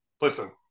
listen